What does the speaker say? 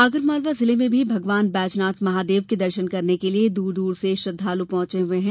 आगरमालवा जिले में भी भगवान बैजनाथ महादेव के दर्शन करने के लिये दूर दूर से श्रद्वालू पहुंचे हुए हैं